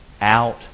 out